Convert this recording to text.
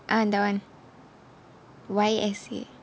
ah that [one] Y S K